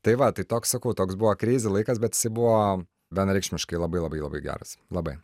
tai va tai toks sakau toks buvo kreizi laikas bet jisai buvo vienareikšmiškai labai labai labai geras labai